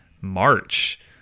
March